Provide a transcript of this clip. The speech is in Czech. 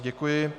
Děkuji.